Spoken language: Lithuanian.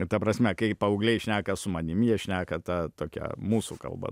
ir ta prasme kai paaugliai šneka su manim jie šneka ta tokia mūsų kalba